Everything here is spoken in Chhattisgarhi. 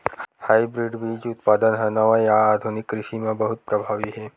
हाइब्रिड बीज उत्पादन हा नवा या आधुनिक कृषि मा बहुत प्रभावी हे